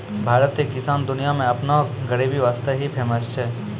भारतीय किसान दुनिया मॅ आपनो गरीबी वास्तॅ ही फेमस छै